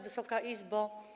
Wysoka Izbo!